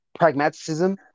pragmaticism